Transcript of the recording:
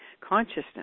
consciousness